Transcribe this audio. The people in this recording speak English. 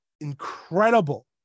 incredible